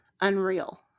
unreal